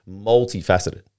multifaceted